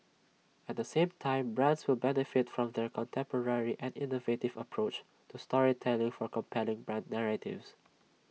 at the same time brands will benefit from their contemporary and innovative approach to storytelling for compelling brand narratives